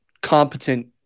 competent